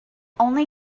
only